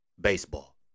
Baseball